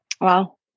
Wow